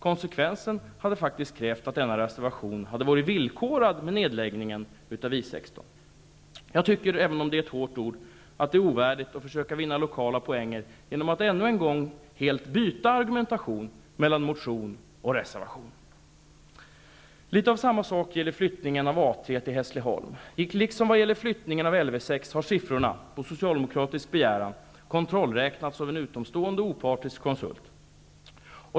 Konsekvensen hade krävt att denna reservation hade varit villkorad med nedläggningen av I 6. Jag tycker att det är ovärdigt, även om det är ett hårt ord, att försöka vinna lokala poäng genom att ännu en gång helt byta argumentation mellan motion och reservation. Litet av samma sak gäller flyttningen av A 3 till har siffrorna, på socialdemokratisk begäran, kontrollräknats av en utomstående opartisk konsult.